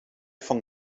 von